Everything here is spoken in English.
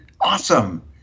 awesome